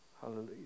Hallelujah